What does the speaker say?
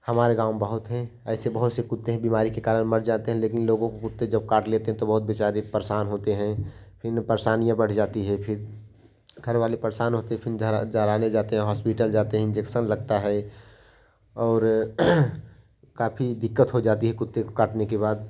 हमारे गाँव बहुत हैं ऐसे बहुत से कुत्ते हैं बीमारी के कारण मर जाते लेकिन लोगों को जो कुत्ते काट लेते तो बहुत बेचारे परेशान होते हैं फ़िर परेशानियाँ बढ़ जाती हैं फ़िर घरवाले परेशान होते फ़िर धरा झारने जाते हॉस्पिटल जाते इंजेक्शन लगता है और काफी दिक्कत हो जाती कुत्ते को काटने के बाद